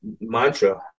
mantra